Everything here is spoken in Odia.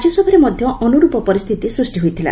ରାଜ୍ୟସଭାରେ ମଧ୍ୟ ଅନୁରୂପ ପରିସ୍ଥିତି ସ୍ପଷ୍ଟି ହୋଇଥିଲା